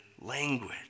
language